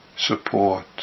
support